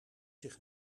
zich